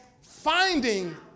finding